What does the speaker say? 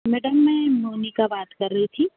madam मैं मोनिका बात कर रही थी